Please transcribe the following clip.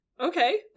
okay